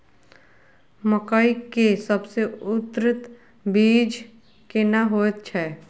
मकई के सबसे उन्नत बीज केना होयत छै?